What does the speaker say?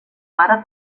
pare